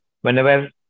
Whenever